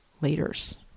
leaders